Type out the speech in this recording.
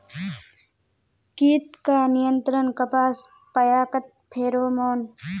कीट का नियंत्रण कपास पयाकत फेरोमोन?